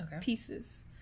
pieces